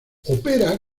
opera